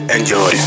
Enjoy